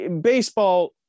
baseball